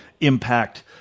impact